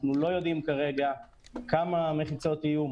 אנחנו לא יודעים כרגע כמה מחיצות יהיו,